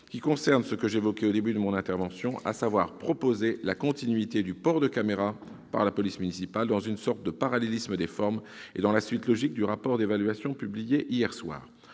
pour objet ce que j'évoquais au début de mon intervention : il assure la continuité du port de caméras par la police municipale, dans une sorte de parallélisme des formes, et dans la suite logique du rapport d'évaluation publié hier soir.